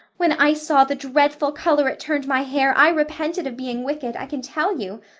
when i saw the dreadful color it turned my hair i repented of being wicked, i can tell you.